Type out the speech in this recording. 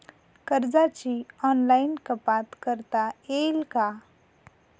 कर्जाची ऑनलाईन कपात करता येईल का?